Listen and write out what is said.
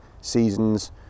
seasons